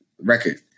record